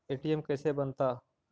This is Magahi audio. ए.टी.एम कैसे बनता?